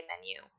menu